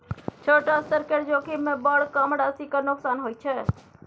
छोट स्तर केर जोखिममे बड़ कम राशिक नोकसान होइत छै